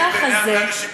בעיני הרבה אנשים פתח-תקווה,